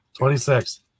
26